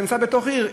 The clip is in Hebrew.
זה נמצא בתוך עיר,